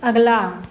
अगला